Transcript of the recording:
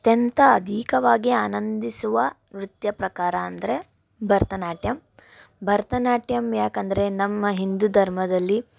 ಅತ್ಯಂತ ಅಧಿಕವಾಗಿ ಆನಂದಿಸುವ ನೃತ್ಯ ಪ್ರಕಾರ ಅಂದರೆ ಭರತನಾಟ್ಯಮ್ ಭರತನಾಟ್ಯಮ್ ಯಾಕಂದರೆ ನಮ್ಮ ಹಿಂದೂ ಧರ್ಮದಲ್ಲಿ